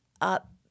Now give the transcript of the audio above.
up